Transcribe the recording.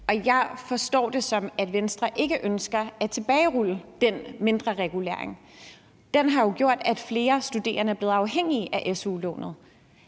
Og jeg forstår det sådan, at Venstre ikke ønsker at tilbagerulle den mindreregulering. Den har jo gjort, at flere studerende er blevet afhængige af su-lånet.